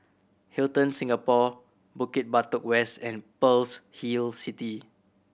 Hilton Singapore Bukit Batok West and Pearl's Hill City